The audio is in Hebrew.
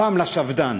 הפעם לשפד"ן.